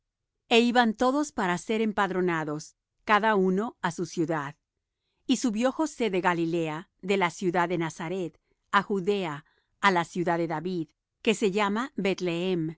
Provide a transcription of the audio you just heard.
e iban todos para ser empadronados cada uno á su ciudad y subió josé de galilea de la ciudad de nazaret á judea á la ciudad de david que se llama